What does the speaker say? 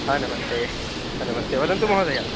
हा नमस्ते हा नमस्ते वदन्तु महोदय